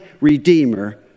redeemer